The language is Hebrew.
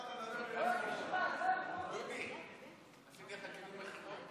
טיבי נעלם עוד פעם.